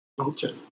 Okay